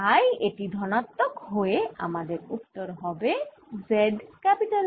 তাই এটি ধনাত্মক হয়ে আমাদের উত্তর হবে z R